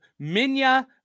minya